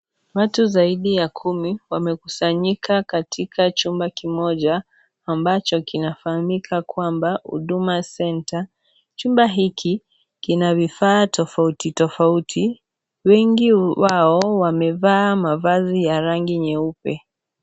Watu zaidi ya kumi, wamekusanyika katika chumba kimoja, ambacho kinafahamika kwamba, huduma center . Chumba hiki kina vifaa tofauti tofauti. Wengi wao wamefaa mavazi ya rangi nyeupe.